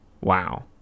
Wow